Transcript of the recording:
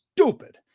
stupid